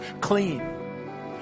clean